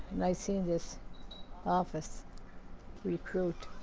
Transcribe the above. and i seen this office recruit.